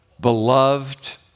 beloved